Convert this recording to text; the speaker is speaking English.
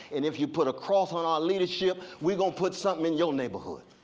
and if you put a cross on our leadership we're going to put something in your neighborhood.